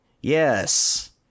Yes